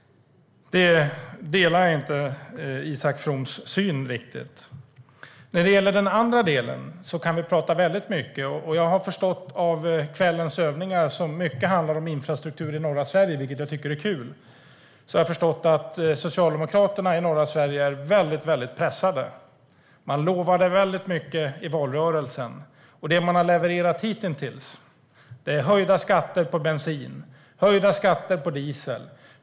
Jag delar inte riktigt Isak Froms syn på detta. När det gäller den andra delen kan vi tala väldigt mycket. Jag har förstått av kvällens övningar som mycket handlar om infrastruktur i norra Sverige, vilket jag tycker är kul, att Socialdemokraterna i norra Sverige är väldigt pressade. Man lovade mycket i valrörelsen, och det man har levererat hitintills är höjda skatter på bensin och höjda skatter på diesel.